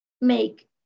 make